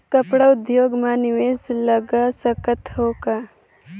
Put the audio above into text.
कपड़ा उद्योग म निवेश लगा सकत हो का?